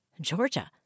Georgia